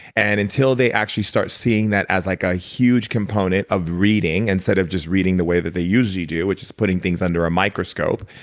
and until they actually start seeing that as like a huge component of reading, instead of just reading the way that they usually do, which is putting things under a microscope.